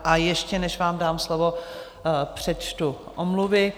A ještě než vám dám slovo, přečtu omluvy.